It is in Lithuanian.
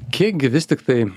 kiek gi vis tiktai